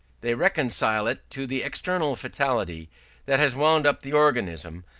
they reconcile it to the external fatality that has wound up the organism,